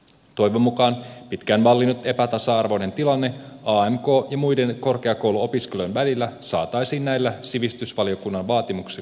toivon mukaan pitkään vallinnut epätasa arvoinen tilanne amk ja muiden korkeakouluopiskelijoiden välillä saataisiin näillä sivistysvaliokunnan vaatimuksilla korjattua